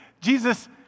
Jesus